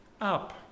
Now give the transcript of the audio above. up